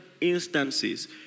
instances